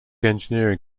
engineering